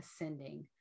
ascending